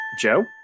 Joe